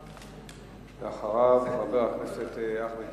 אחריו, חבר הכנסת אחמד